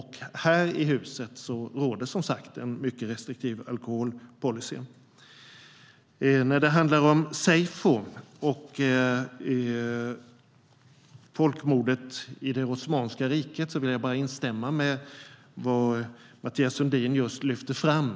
Här i huset råder som sagt en mycket restriktiv alkoholpolicy. När det handlar om seyfo, folkmordet i Osmanska riket, vill jag bara instämma i vad Mathias Sundin lyfte fram.